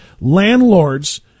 landlords